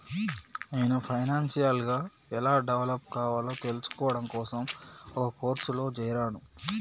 నేను ఫైనాన్షియల్ గా ఎలా డెవలప్ కావాలో తెల్సుకోడం కోసం ఒక కోర్సులో జేరాను